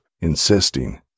insisting